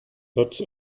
lots